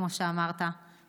כמו שאמרת,